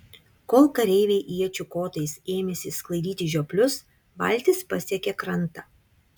kol kareiviai iečių kotais ėmėsi sklaidyti žioplius valtis pasiekė krantą